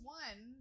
one